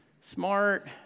smart